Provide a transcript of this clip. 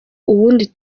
ubundi